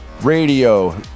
Radio